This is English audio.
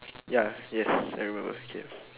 ya yes everyone okay ah